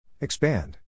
Expand